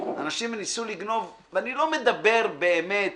אנשים ניסו לגנוב, ואני לא מדבר באמת